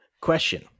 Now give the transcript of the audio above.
question